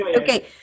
Okay